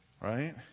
Right